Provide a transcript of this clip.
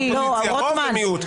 רוב ומיעוט.